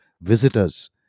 visitors